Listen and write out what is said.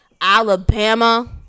Alabama